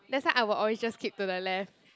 that's why I will always just keep to the left